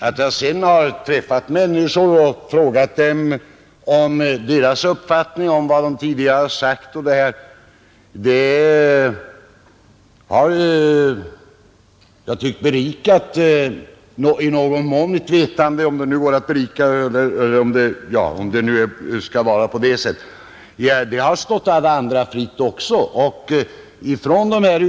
När jag dessutom träffat människor och frågat beträffande deras uppfattning om vad de tidigare sagt i dessa frågor så har jag ansett att det i någon mån berikat mitt vetande. Det har stått alla andra fritt att göra på samma sätt.